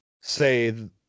say